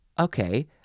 okay